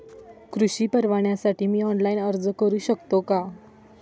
कृषी परवान्यासाठी मी ऑनलाइन अर्ज करू शकतो का?